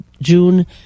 June